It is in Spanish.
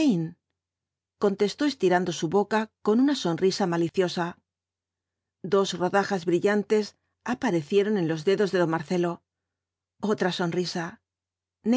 contestó estirando su boca con una sonrisa maliciosa dos rodajas brillantes aparecieron en los dedos de don marcelo otra sonrisa